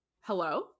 hello